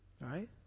right